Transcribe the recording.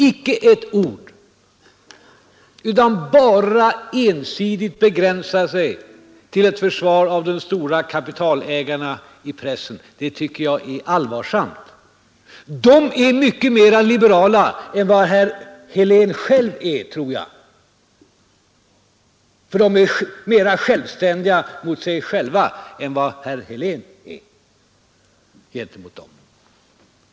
Han begränsar sig bara ensidigt till ett försvar av de stora kapitalägarna i pressen. Det tycker jag är allvarsamt. De är mycket mera liberala än herr Helén själv är, tror jag. De är mera självständiga mot sig själva än vad herr Helén är gentemot dem.